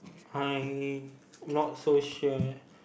I not so sure